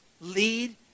lead